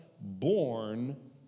born